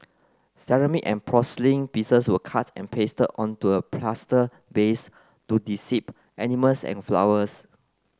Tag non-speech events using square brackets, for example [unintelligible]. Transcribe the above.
ceramic and porcelain pieces were cut and pasted onto a plaster base to [unintelligible] animals and flowers